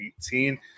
18